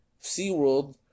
SeaWorld